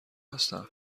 هستم